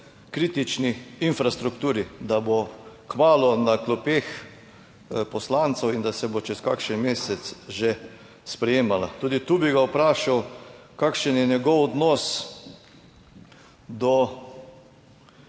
kritični infrastrukturi, da bo kmalu na klopeh poslancev in da se bo čez kakšen mesec že sprejemala. Tudi tu bi ga vprašal, kakšen je njegov odnos do